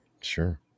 Sure